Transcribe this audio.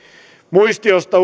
muistiosta